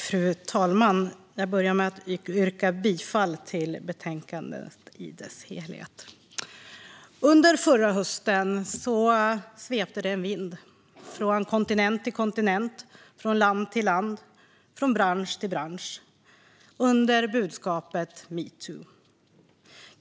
Fru talman! Jag börjar med att yrka bifall till förslaget i dess helhet. Under förra hösten svepte en vind från kontinent till kontinent, från land till land och från bransch till bransch, med budskapet: "Me too."